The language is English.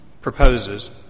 proposes